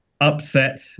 upset